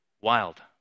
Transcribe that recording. wild